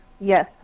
Yes